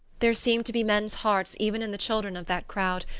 there seemed to be men's hearts even in the children of that crowd,